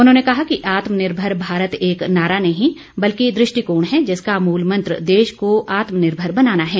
उन्होंने कहा कि आत्मनिर्भर भारत एक नारा नहीं बल्कि दृष्टिकोण है जिसका मूल मंत्र देश को आत्मनिर्भर बनाना है